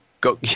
go